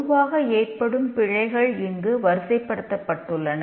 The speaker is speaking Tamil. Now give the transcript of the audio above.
பொதுவாக ஏற்படும் பிழைகள் இங்கு வரிசைப்படுத்தப்பட்டுள்ளன